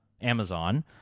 Amazon